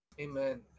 Amen